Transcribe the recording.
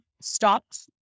stopped